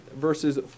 verses